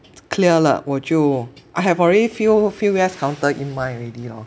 clear 了我就 I have already few few U_S counter in mine already lor